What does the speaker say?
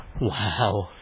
Wow